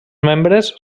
membres